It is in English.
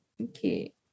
Okay